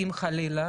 אם חלילה,